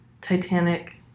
Titanic